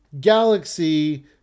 galaxy